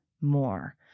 more